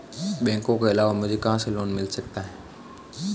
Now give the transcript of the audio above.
बैंकों के अलावा मुझे कहां से लोंन मिल सकता है?